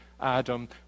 Adam